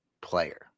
player